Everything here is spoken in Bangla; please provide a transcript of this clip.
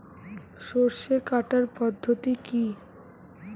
সরষে কাটার পদ্ধতি কি?